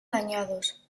dañados